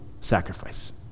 sacrifice